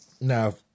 Now